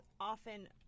often